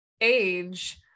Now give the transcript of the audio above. age